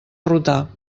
rotar